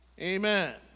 Amen